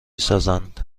سازند